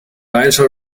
lisa